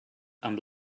amb